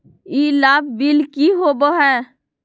ई लाभ बिल की होबो हैं?